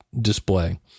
display